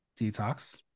Detox